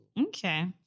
Okay